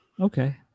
Okay